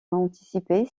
anticiper